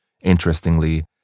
Interestingly